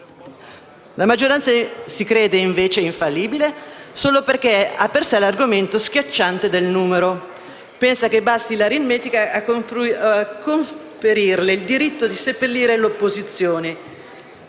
La maggioranza, invece, si crede infallibile solo perché ha, dalla sua, l'argomento schiacciante del numero e pensa che basti l'aritmetica a conferirle il diritto di seppellire le opposizioni.